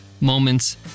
moments